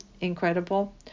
incredible